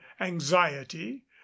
anxiety